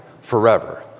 forever